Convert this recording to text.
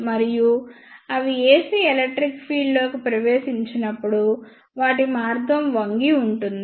మరియు అవి AC electric field లోకి ప్రవేశించినప్పుడు వాటి మార్గం వంగి ఉంటుంది